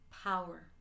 power